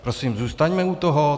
Prosím, zůstaňme u toho.